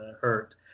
hurt